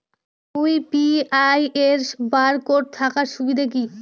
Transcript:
UPI এর barcode থাকার সুবিধে কি?